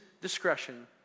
discretion